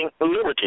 liberty